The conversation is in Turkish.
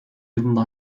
yılında